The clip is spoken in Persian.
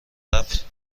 رفت